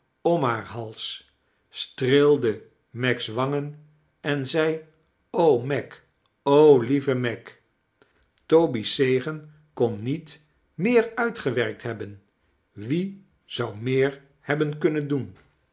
haar hals streelde meg's wangen en zei meg o lieve meg toby's zegen kou niet meer uitgewerkt hebben wie zou meer hebben kunnen doen